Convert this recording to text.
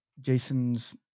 jason's